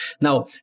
Now